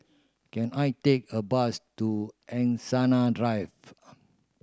can I take a bus to Angsana Drive